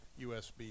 USB